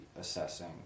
assessing